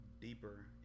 deeper